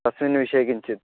अस्मिन् विषये किञ्चित्